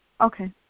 Okay